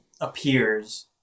appears